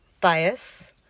bias